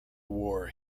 war